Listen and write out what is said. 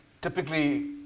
typically